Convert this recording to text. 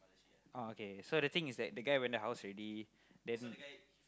ah okay so the thing is that the guy went the house already then